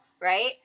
right